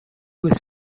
was